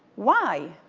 why?